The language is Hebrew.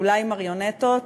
אולי מריונטות,